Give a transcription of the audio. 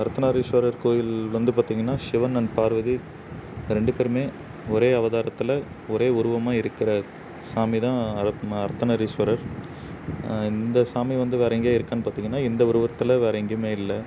அர்த்தநாரீஸ்வரர் கோயில் வந்து பார்த்தீங்கன்னா சிவன் அண்ட் பார்வதி ரெண்டு பேரும் ஒரே அவதாரத்தில் ஒரே உருவமாக இருக்கிற சாமி தான் அவர் அர்த்தநாரீஸ்வரர் இந்த சாமி வந்து வேறு எங்கே இருக்கான்று பார்த்தீங்கன்னா இந்த உருவத்தில் வேறு எங்கையுமே இல்லை